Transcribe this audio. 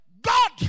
God